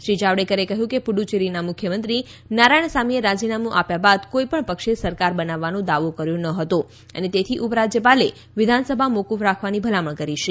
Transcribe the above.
શ્રી જાવડેકરે કહ્યું કે પુડુચ્ચેરીના મુખ્યમંત્રી નારાયણસામીએ રાજીનામું આપ્યા બાદ કોઈ પણ પક્ષે સરકાર બનાવવાનો દાવો કર્યો ન હતો અને તેથી ઉપરાજ્યપાલે વિધાનસભા મોફફ રાખવાની ભલામણ કરી છે